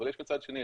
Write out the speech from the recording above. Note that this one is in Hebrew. אבל יש כאן צד שני,